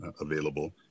available